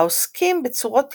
העוסקים בצורות טבעיות,